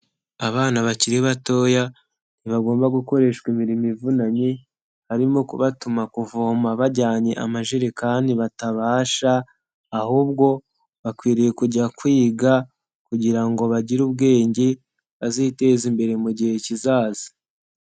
Abana bakiri batoya ntibagomba gukoreshwa imirimo ivunanye, harimo kubatuma kuvoma bajyanye amajerekani batabasha, ahubwo bakwiriye kujya kwiga kugira ngo bagire ubwenge, baziteze imbere mu gihe kizaza.